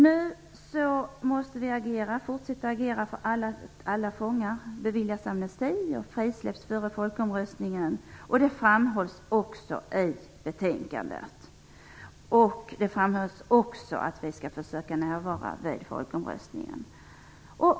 Vi måste fortsätta att agera så att alla fångar beviljas amnesti och frisläpps före folkomröstningen. Det framhålls också i betänkandet. Det betonas även att vi skall försöka närvara vid folkomröstningen.